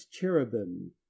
cherubim